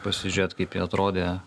pasižiūrėt kaip jie atrodė